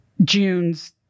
June's